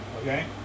Okay